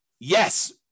Yes